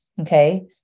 Okay